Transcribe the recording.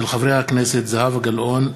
של חברי הכנסת זהבה גלאון,